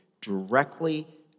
directly